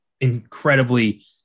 incredibly